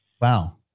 Wow